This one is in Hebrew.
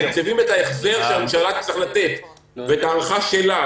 מתקצבים את ההחזר שהממשלה תצטרך לתת ואת ההנחה שלה,